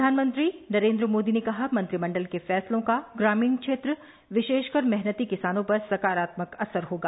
प्रधानमंत्री नरेन्द्र मोदी ने कहा मंत्रिमंडल के फैसलों का ग्रामीण क्षेत्र विशेषकर मेहनती किसानों पर सकारात्मक असर होगा